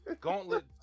gauntlet